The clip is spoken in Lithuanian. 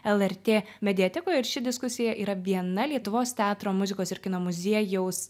lrt mediatekoj ir ši diskusija yra viena lietuvos teatro muzikos ir kino muziejaus